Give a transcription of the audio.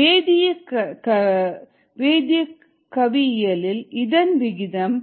rgP ddt வேதியக்கவியலில் இதன் விகிதம்